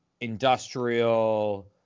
industrial